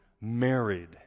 married